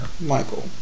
Michael